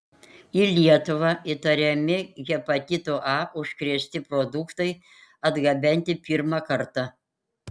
į lietuvą įtariami hepatitu a užkrėsti produktai atgabenti pirmą kartą